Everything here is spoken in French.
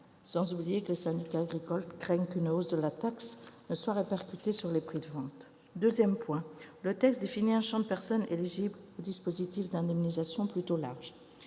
Sans oublier que les syndicats agricoles craignent qu'une hausse de la taxe ne soit répercutée sur le prix de vente. Deuxième point, le texte définit un champ des personnes éligibles au dispositif d'indemnisation plutôt large